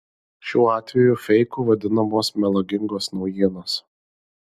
šiuo atveju feiku vadinamos melagingos naujienos